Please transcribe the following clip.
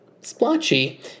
splotchy